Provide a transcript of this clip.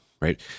right